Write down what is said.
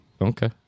Okay